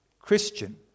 Christian